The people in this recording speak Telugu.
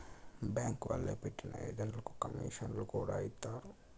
బ్యాంక్ వాళ్లే పెట్టిన ఏజెంట్లకు కమీషన్లను కూడా ఇత్తారు